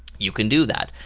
you can do that.